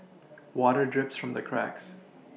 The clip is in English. water drips from the cracks